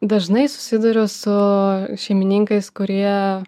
dažnai susiduriu su šeimininkais kurie